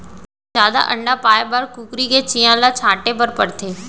जादा अंडा पाए बर कुकरी के चियां ल छांटे बर परथे